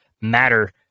matter